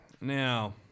Now